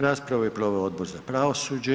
Raspravu je proveo Odbor za pravosuđe.